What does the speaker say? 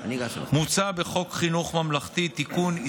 מוצע בחוק חינוך ממלכתי (תיקון,